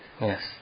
Yes